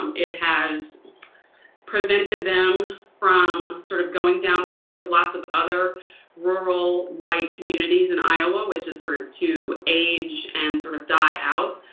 um it has prevented them from sort of going down the road of lots of other rural white communities in iowa which is sort of to age and sort of die out.